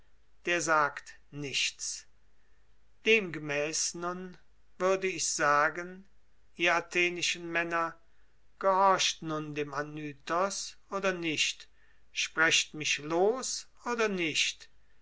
der sagt nichts demgemäß nun würde ich sagen ihr athenischen männer gehorcht nun dem anytos oder nicht sprecht mich los oder nicht